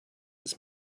his